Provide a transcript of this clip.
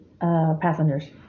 passengers